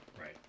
Right